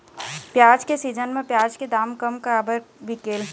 प्याज के सीजन म प्याज के दाम कम काबर बिकेल?